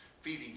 feeding